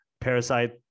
parasite